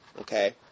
Okay